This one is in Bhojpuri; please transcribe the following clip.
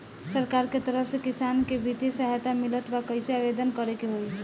सरकार के तरफ से किसान के बितिय सहायता मिलत बा कइसे आवेदन करे के होई?